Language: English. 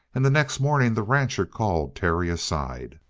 and the next morning the rancher called terry aside.